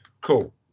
cool